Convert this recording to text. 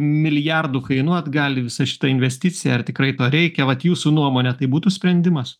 milijardų kainuot gali visa šita investicija ar tikrai to reikia vat jūsų nuomone tai būtų sprendimas